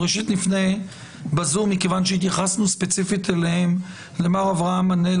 קודם כול נפנה בזום למר אברהם מנלה,